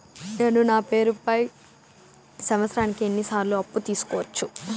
నేను నా పేరుపై సంవత్సరానికి ఎన్ని సార్లు అప్పు తీసుకోవచ్చు?